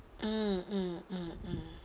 mm mm mm mm